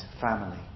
family